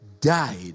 died